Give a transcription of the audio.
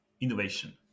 innovation